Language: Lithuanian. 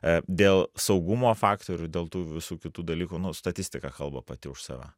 a dėl saugumo faktorių dėl tų visų kitų dalykų nu statistika kalba pati už save